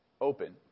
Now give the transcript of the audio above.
open